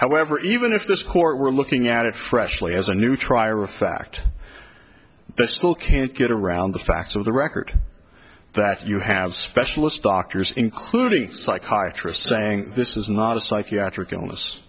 however even if this court were looking at it freshly as a new trier of fact the school can't get around the facts of the record that you have specialist doctors including psychiatry saying this is not a psychiatric illness